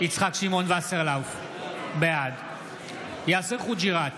יצחק שמעון וסרלאוף, בעד יאסר חוג'יראת,